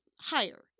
higher